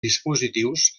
dispositius